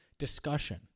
discussion